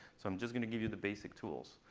so i'm just going to give you the basic tools.